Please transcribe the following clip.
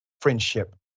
friendship